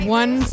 one